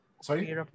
sorry